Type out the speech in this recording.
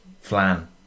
flan